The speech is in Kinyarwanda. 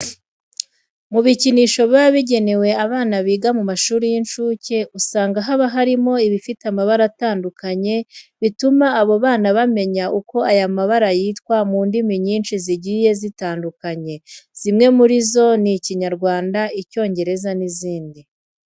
Mu bikinisho biba bigenewe abana biga mu mashuri y'incuke, usanga haba harimo ibifite amabara atandukanye, bituma abo bana bamenya uko ayo mabara yitwa mu ndimi nyinshi zigiye zitandukanye. Zimwe muri zo ni nk'Ikinyarwanda, Icyongereza n'izindi.